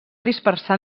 dispersar